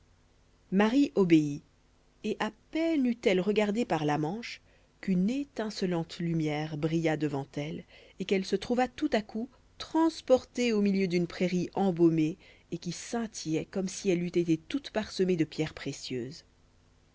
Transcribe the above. marie obéit et à peine eut-elle regardé par la manche qu'une étincelante lumière brilla devant elle et qu'elle se trouva tout à coup transportée au milieu d'une prairie embaumée et qui scintillait comme si elle eût été toute parsemée de pierres précieuses